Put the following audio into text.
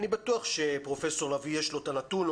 אני בטוח שלפרופ' לביא יש את הנתון,